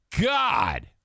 God